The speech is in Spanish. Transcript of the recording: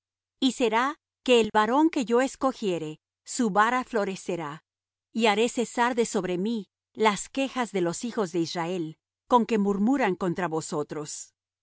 y será que el varón que yo escogiere su vara florecerá y haré cesar de sobre mí las quejas de los hijos de israel con que murmuran contra vosotros